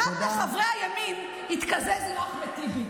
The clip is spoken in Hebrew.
אחד מחברי הימין התקזז עם אחמד טיבי.